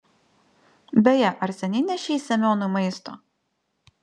beje ar seniai nešei semionui maisto